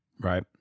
Right